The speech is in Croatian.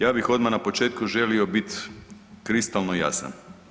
Ja bih odmah na početku želio biti kristalno jasan.